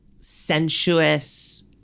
sensuous